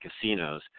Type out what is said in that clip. Casinos